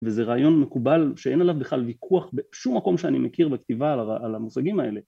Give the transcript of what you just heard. וזה רעיון מקובל שאין עליו בכלל ויכוח בשום מקום שאני מכיר בכתיבה על על המושגים האלה